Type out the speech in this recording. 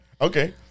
Okay